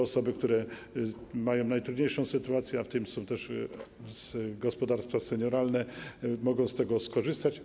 Osoby, które mają najtrudniejszą sytuację, a dotyczy to również gospodarstw senioralnych, mogą z tego skorzystać.